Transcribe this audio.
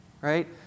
right